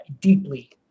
deeply